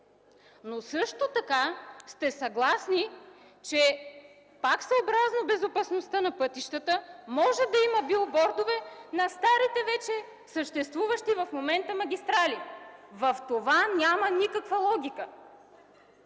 Но също така сте съгласни, че пак съобразно безопасността на пътищата може да има билбордове на старите, съществуващи в момента магистрали! В това няма никаква логика.